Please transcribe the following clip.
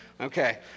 okay